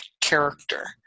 character